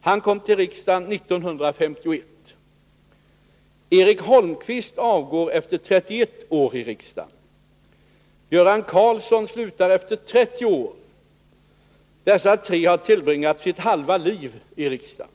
Han kom till riksdagen 1951. Eric Holmqvist avgår efter 31 år i riksdagen. Göran Karlsson slutar efter 30 år. Dessa tre har tillbringat sitt halva liv i riksdagen.